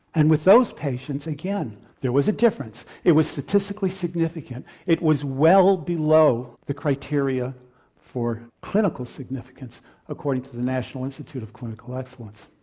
and with those patients again there was a difference. it was statistically significant it was well below the criteria for clinical significance according to the national institute of clinical excellence.